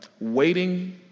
Waiting